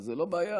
זה לא בעיה,